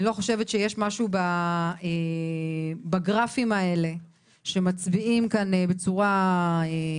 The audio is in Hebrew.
אני לא חושבת שיש משהו בגרפים האלה שמצביעים כאן בצורה חד-משמעית.